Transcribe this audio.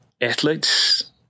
athletes